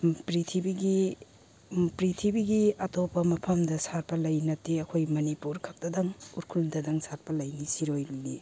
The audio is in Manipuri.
ꯄ꯭ꯔꯤꯊꯤꯕꯤꯒꯤ ꯄ꯭ꯔꯤꯊꯤꯕꯤꯒꯤ ꯑꯇꯣꯞꯄ ꯃꯐꯝꯗ ꯁꯥꯠꯄ ꯂꯩ ꯅꯠꯇꯦ ꯑꯩꯈꯣꯏ ꯃꯅꯤꯄꯨꯔ ꯈꯛꯇꯗꯪ ꯎꯔꯈꯨꯜꯗꯗꯪ ꯁꯥꯠꯄ ꯂꯩꯅꯤ ꯁꯤꯔꯣꯏ ꯂꯤꯂꯤ